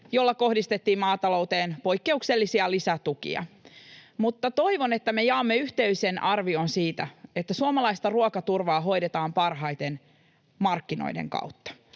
jolla kohdistettiin maatalouteen poikkeuksellisia lisätukia. Mutta toivon, että me jaamme yhteisen arvion siitä, että suomalaista ruokaturvaa hoidetaan parhaiten markkinoiden kautta.